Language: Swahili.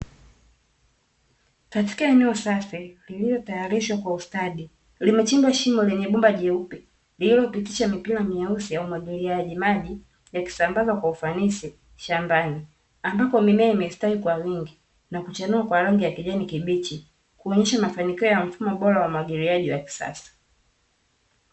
Katika eneo safi lililotayarishwa kwa ustadi limechimbwa shimo lenye bomba jeupe lililopitisha mipira mieusi ya umwagiliaji maji yakisambaza kwa ufanisii shambani, ambako mimea imestawi kwa wingi na kuchanua kwa rangi ya kijani kibichi kuonyesha mafanikio ya mfumo bora wa umwagiliaji wa kisasa.